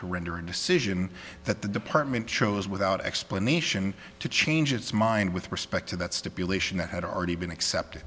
to render a decision that the department chose without explanation to change its mind with respect to that stipulation that had already been accepted